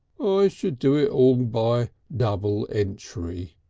should do it all by double entry,